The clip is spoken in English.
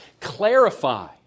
clarify